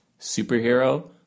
superhero